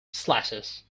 slashes